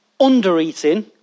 undereating